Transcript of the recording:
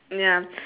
ya